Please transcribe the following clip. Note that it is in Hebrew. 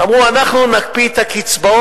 ואמרו: אנחנו נקפיא את הקצבאות,